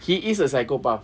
he is a psychopath